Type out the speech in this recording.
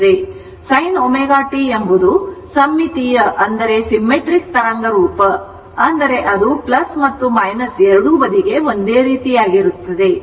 sin ω t ಎಂಬುದು ಸಮ್ಮಿತೀಯ ತರಂಗರೂಪ ಅಂದರೆ ಅದು ಮತ್ತು ಎರಡೂ ಬದಿಗೆ ಒಂದೇ ರೀತಿ ಆಗಿರುತ್ತದೆ